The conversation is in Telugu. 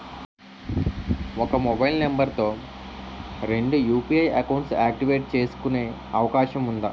ఒక మొబైల్ నంబర్ తో రెండు యు.పి.ఐ అకౌంట్స్ యాక్టివేట్ చేసుకునే అవకాశం వుందా?